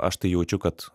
aš tai jaučiu kad